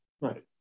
right